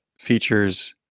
features